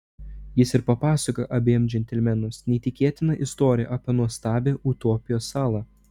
jis ir papasakoja abiem džentelmenams neįtikėtiną istoriją apie nuostabią utopijos salą